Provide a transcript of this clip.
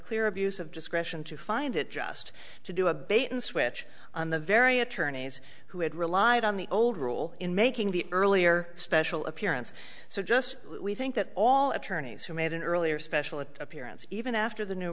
clear abuse of discretion to find it just to do a bait and switch on the very attorneys who had relied on the old rule in making the earlier special appearance so just we think that all attorneys who made an earlier special appearance even after the new